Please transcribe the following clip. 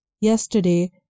Yesterday